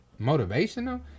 motivational